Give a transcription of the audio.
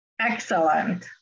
Excellent